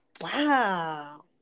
wow